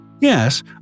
Yes